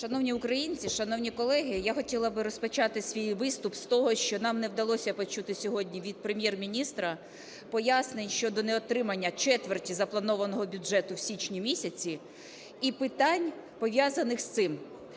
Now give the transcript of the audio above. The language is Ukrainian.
Шановні українці, шановні колеги! Я хотіла би розпочати свій виступ з того, що нам не вдалося почути сьогодні від Прем'єр-міністра пояснень щодо неотримання четверті запланованого бюджету в січні місяці і питань, пов'язаних з цим.